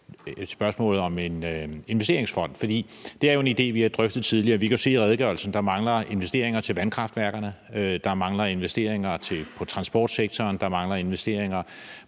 er spørgsmålet om en investeringsfond, for det er jo en idé, vi har drøftet tidligere. Vi kan se i redegørelsen, at der mangler investeringer i vandkraftværker, at der mangler investeringer i transportsektoren, og at der mangler investeringer